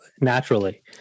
naturally